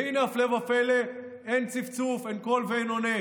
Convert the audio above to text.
והינה הפלא ופלא, אין צפצוף, אין קול ואין עונה.